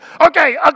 Okay